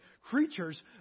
creatures